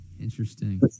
Interesting